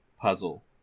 puzzle